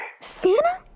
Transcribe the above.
Santa